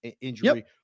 injury